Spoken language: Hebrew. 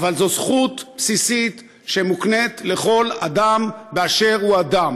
אבל זו זכות בסיסית שמוקנית לכל אדם באשר הוא אדם.